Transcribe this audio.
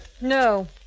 No